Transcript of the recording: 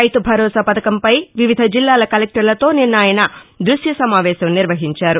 రైతు భరోసా పథకంపై వివిధ జిల్లాల కలెక్టర్లతో నిన్న ఆయన ద్బశ్య సమావేశం నిర్వహించారు